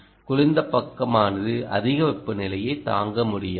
குளிர்ந்த பக்கமானது அதிக வெப்பநிலையைத் தாங்க முடியாது